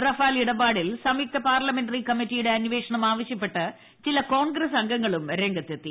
Rafale ഇടപാടിൽ സംയുക്ത parliamentary കമ്മറ്റിയുടെ അന്വേഷണം ആവശ്യപ്പെട്ട് ചില കോൺഗ്രസ് അംഗങ്ങളും രംഗത്തെത്തി